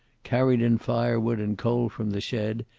carried in firewood and coal from the shed,